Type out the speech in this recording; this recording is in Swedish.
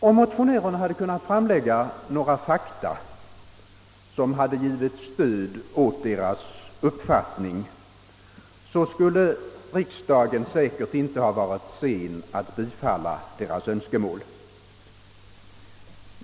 Om motionärerna kunnat framlägga några fakta som givit stöd för deras uppfattning, skulle riksdagen säkert inte ha varit sen att villfara deras önskemål.